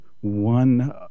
one